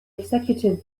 executive